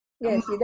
Yes